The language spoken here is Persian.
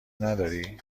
نداری